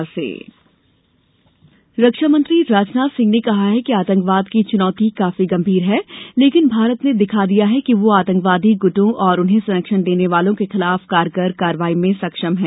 रक्षामंत्री रक्षामंत्री राजनाथ सिंह ने कहा है कि आतंकवाद की चुनौती काफी गंभीर है लेकिन भारत ने दिखा दिया है कि वह आतंकवादी गुटों और उन्हें संरक्षण देने वालों के खिलाफ कारगर कार्रवाई में सक्षम है